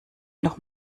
noch